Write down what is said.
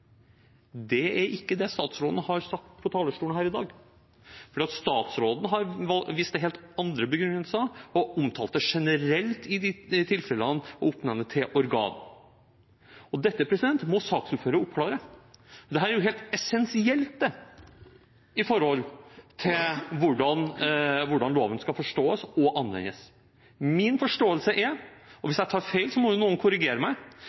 Det er ikke det statsråden har sagt på talerstolen her i dag. Statsråden har vist til helt andre begrunnelser og omtalte generelt i de tilfellene å oppnevne til organ. Dette må saksordføreren oppklare, for dette er helt essensielt med hensyn til hvordan loven skal forstås og anvendes. Min forståelse er – og hvis jeg tar feil, må noen korrigere meg